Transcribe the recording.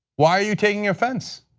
why are you taking offense?